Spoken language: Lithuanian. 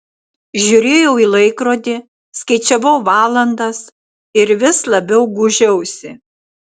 žiūrėjau į laikrodį skaičiavau valandas ir vis labiau gūžiausi